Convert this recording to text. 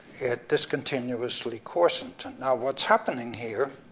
it discontinuously coarsened. now, what's happening here,